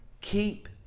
keep